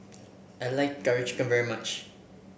I like Curry Chicken very much